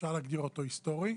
אפשר להגדיר אותו היסטורי.